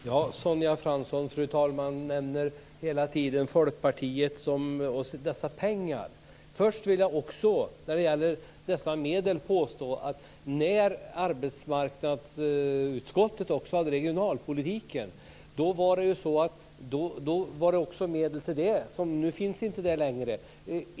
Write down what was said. Fru talman! Sonja Fransson nämner hela tiden Folkpartiet och dessa pengar. När det gäller dessa medel vill jag påstå att när arbetsmarknadsutskottet också behandlade regionalpolitiken fanns det medel till det. Men nu finns inte det längre.